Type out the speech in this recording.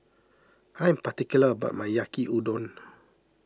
I am particular about my Yaki Udon